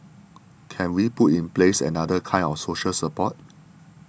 can we put in place another kind of social support